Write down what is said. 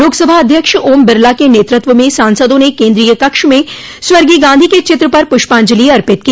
लोकसभा अध्यक्ष ओम बिरला के नेतृत्व में सांसदों ने केन्द्रीय कक्ष में स्वर्गीय गांधी के चित्र पर पुष्पांजलि अर्पित की